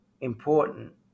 important